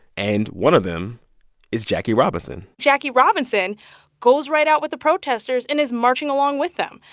and one of them is jackie robinson jackie robinson goes right out with the protesters and is marching along with them.